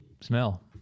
smell